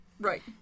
Right